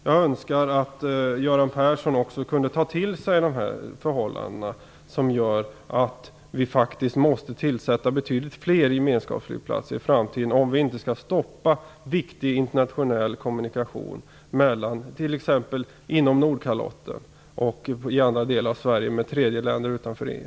Jag önskar att Göran Persson också kunde ta till sig de förhållanden som gör att vi faktiskt måste se till att vi får betydligt fler gemenskapsflygplatser i framtiden, om vi inte skall stoppa viktig internationell kommunikation från t.ex. Nordkalotten och andra delar av Sverige till tredje land utanför EU.